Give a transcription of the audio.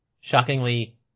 Shockingly